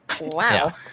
Wow